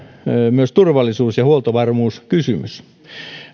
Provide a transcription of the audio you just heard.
myös turvallisuus ja huoltovarmuuskysymys